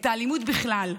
את האלימות בכלל,